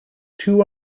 too